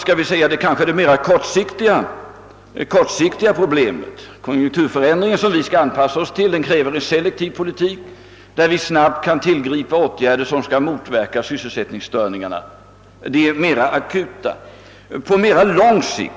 Här möter ett mera kortsiktigt problem. Konjunkturförändringen, som vi skall anpassa oss till, kräver en selektiv politik, med möjligheter att snabbt tillgripa åtgärder som skall motverka de mera akuta sysselsättningsstörningarna.